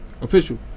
Official